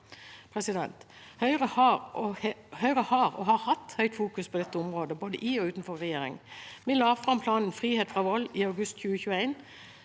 Høyre har hatt og har et sterkt fokus på dette området, både i og utenfor regjering. Vi la fram planen «Frihet fra vold» i august 2021,